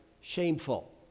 shameful